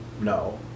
No